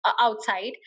Outside